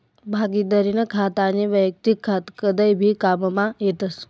भागिदारीनं खातं आनी वैयक्तिक खातं कदय भी काममा येतस